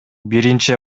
биринчи